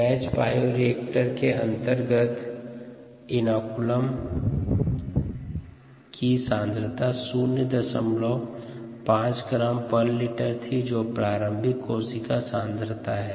batch bioreactor के अंतर्गत inoculum की सांद्रता 05 ग्राम पर लीटर थी जो प्रारंभिक कोशिका सांद्रता है